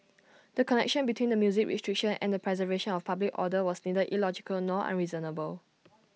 the connection between the music restriction and the preservation of public order was neither illogical nor unreasonable